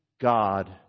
God